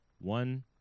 one